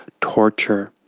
torture,